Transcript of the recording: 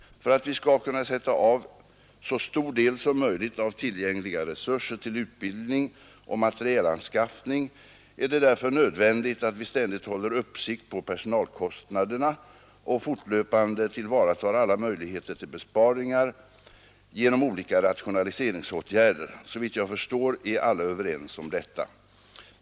För att vi skall kunna sätta av så stor del som möjligt av tillgängliga resurser till utbildning och materielanskaffning är det därför nödvändigt att vi ständigt håller uppsikt på personalkostnaderna och fortlöpande tillvaratar alla möjligheter till besparingar genom olika rationaliseringsåtgärder. Såvitt jag förstår är alla överens om detta.